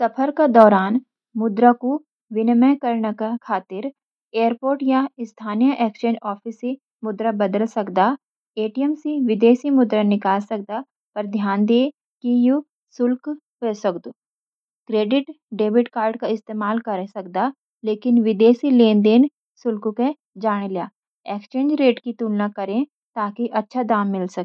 सफ़र के दौरान मुद्रा का विनिमय करन क खातिर: एयरपोर्ट या स्थानीय एक्सचेंज ऑफिस से मुद्रा बदल सकदा। एटीएम् से विदेशी मुद्रा निकाली सकदा (पर ध्यान दें कि यू शुल्क वे सकदु )। क्रेडिट/डेबिट कार्ड का इस्तेमाल करें, लेकिन विदेशी लेन-देन शुल्क को जान लिया। एक्सचेंज रेट की तुलना करें, ताकि अच्छा दाम मिल सकू।